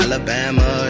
Alabama